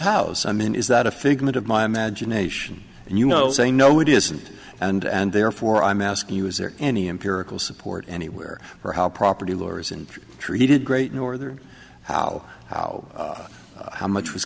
house i mean is that a figment of my imagination and you know saying no it isn't and and therefore i'm asking you is there any empirical support anywhere for how property lawyers in treated great norther how how how much was